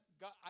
God